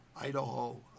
Idaho